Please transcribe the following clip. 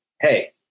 hey